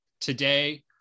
today